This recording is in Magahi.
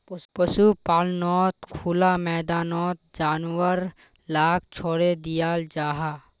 पशुपाल्नोत खुला मैदानोत जानवर लाक छोड़े दियाल जाहा